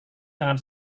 sangat